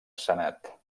senat